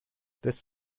this